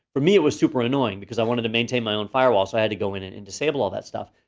for me it was super annoying because i wanted to maintain my own firewall, so i had to go in and disable all that stuff.